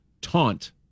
taunt